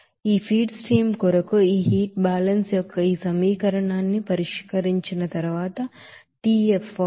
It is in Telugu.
కాబట్టి ఈ ఫీడ్ స్ట్రీమ్ కొరకు ఈ హీట్ బ్యాలెన్స్ యొక్క ఈ సమీకరణాన్ని పరిష్కరించిన తరువాత tF 42